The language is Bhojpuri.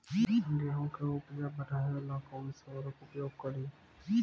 गेहूँ के उपज बढ़ावेला कौन सा उर्वरक उपयोग करीं?